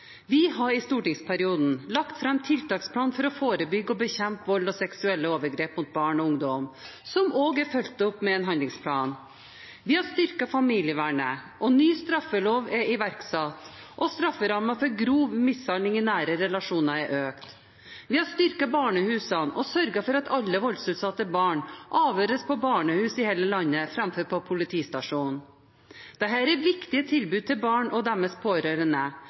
Vi har i stortingsperioden lagt fram tiltaksplan for å forebygge og bekjempe vold og seksuelle overgrep mot barn og ungdom, som også er fulgt opp med en handlingsplan. Vi har styrket familievernet, ny straffelov er iverksatt, og strafferammen for grov mishandling i nære relasjoner er økt. Vi har styrket barnehusene og sørget for at alle voldsutsatte barn avhøres på barnehusene i hele landet framfor på politistasjonen. Dette er viktige tilbud til barn og deres pårørende.